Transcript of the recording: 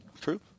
True